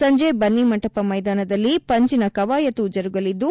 ಸಂಜೆ ಬನ್ನಿಮಂಟಪ ಮೈದಾನದಲ್ಲಿ ಪಂಜಿನ ಕವಾಯತ್ತು ಜರುಗಲಿದ್ದು